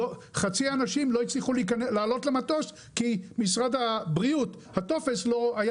חצי מהאנשים לא הצליחו לעלות למטוס כי הטופס של משרד